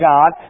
God